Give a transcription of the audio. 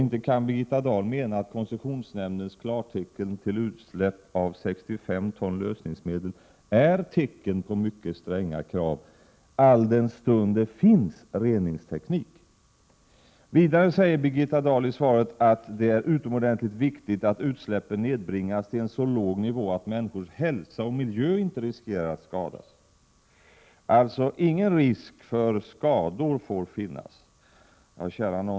Inte kan väl Birgitta Dahl mena att koncessionsnämndens klartecken till utsläpp av 65 ton lösningsmedel är något tecken på att man har mycket stränga krav, alldenstund det finns reningsteknik. Vidare säger Birgitta Dahl i svaret att det är utomordentligt viktigt att utsläppen nedbringas till en så låg nivå att människors hälsa och miljö inte riskerar att skadas. Någon risk för skador får alltså inte finnas.